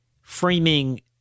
framing